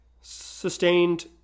sustained